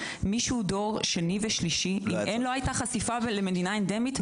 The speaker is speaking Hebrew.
מי שהוא דור שני ושלישי ולא הייתה לו חשיפה למדינה אנדמית,